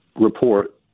report